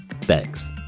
Thanks